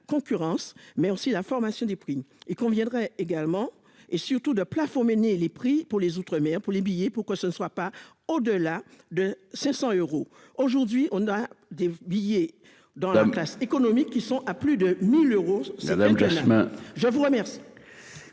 concurrence, mais aussi la formation des prix et qu'on viendrait également et surtout de plafond mener les prix pour les outre-mer pour les billets pour que ce ne soit pas au-delà de 500 euros, aujourd'hui on a des billets dans la classe économique qui sont à plus de 1000 euros ça va donc